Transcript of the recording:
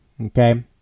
Okay